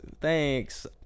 thanks